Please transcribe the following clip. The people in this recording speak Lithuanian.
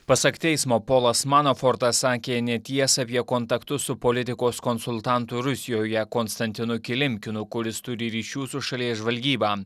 pasak teismo polas manafortas sakė netiesą apie kontaktus su politikos konsultantu rusijoje konstantinu kilimkinu kuris turi ryšių su šalies žvalgyba